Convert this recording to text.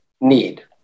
need